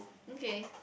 okay